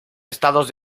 estados